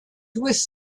was